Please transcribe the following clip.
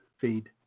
feed